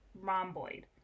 rhomboid